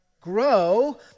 Grow